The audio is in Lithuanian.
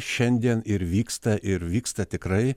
šiandien ir vyksta ir vyksta tikrai